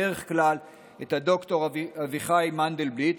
בדרך כלל את ד"ר אביחי מנדלבליט,